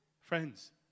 Friends